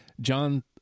john